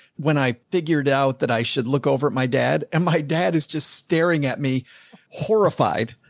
when i figured out that i should look over at my dad and my dad is just staring at me horrified.